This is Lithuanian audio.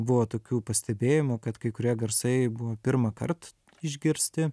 buvo tokių pastebėjimų kad kai kurie garsai buvo pirmąkart išgirsti